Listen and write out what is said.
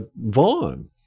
vaughn